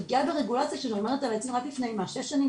זו פגיעה ברגולציה רק לפני שש שנים,